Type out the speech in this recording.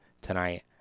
tonight